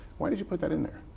why did you put that in there?